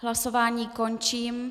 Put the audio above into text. Hlasování končím.